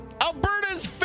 Alberta's